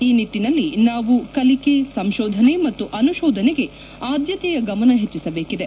ಈ ನಿಟ್ಟನಲ್ಲಿ ನಾವು ಕಲಿಕೆ ಸಂಶೋಧನೆ ಮತ್ತು ಅನುಕೋಧನೆಗೆ ಆದ್ದತೆಯ ಗಮನ ಹೆಚ್ಲಿಸಬೇಕಿದೆ